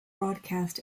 broadcast